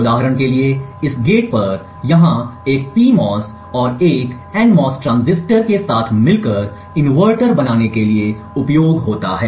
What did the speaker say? उदाहरण के लिए इस गेट पर यहाँ एक PMOS और एक NMOS ट्रांजिस्टर एक साथ मिलकर इनवर्टर बनाने के लिए उपयोग होता है